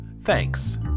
Thanks